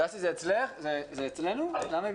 מאוד.